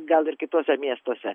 gal ir kituose miestuose